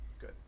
good